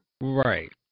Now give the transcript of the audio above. Right